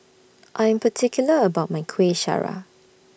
I'm particular about My Kueh Syara